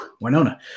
Winona